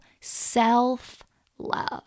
self-love